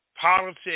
politics